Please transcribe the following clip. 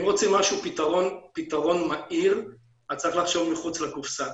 אם רוצים פתרון מהיר אז צריך לחשוב מחוץ לקופסה,